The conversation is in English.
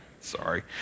Sorry